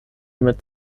mit